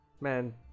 Man